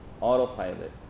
autopilot